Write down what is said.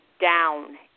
down